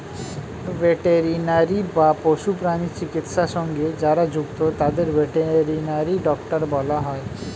veterinary বা পশু প্রাণী চিকিৎসা সঙ্গে যারা যুক্ত তাদের ভেটেরিনারি ডক্টর বলা হয়